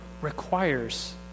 requires